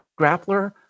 grappler